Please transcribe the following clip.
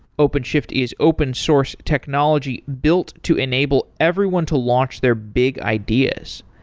openshift is open source technology built to enable everyone to launch their big ideas.